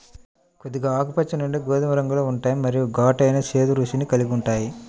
కొద్దిగా ఆకుపచ్చ నుండి గోధుమ రంగులో ఉంటాయి మరియు ఘాటైన, చేదు రుచిని కలిగి ఉంటాయి